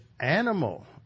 animal